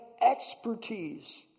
expertise